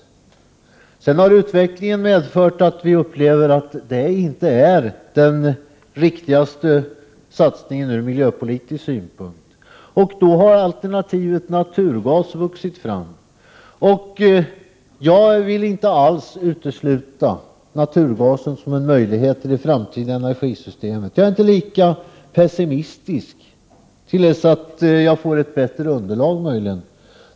Men sedan har utvecklingen visat att det inte är den miljöpolitiskt riktigaste satsningen. Därför har alternativet med naturgasen vuxit fram. Jag vill inte alls utesluta att naturgasen kan erbjuda möjligheter i det framtida energisystemet. Jag är alltså inte så pessimistisk — åtminstone inte så länge det inte finns ett bättre underlag.